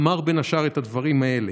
אמר בין השאר את הדברים האלה: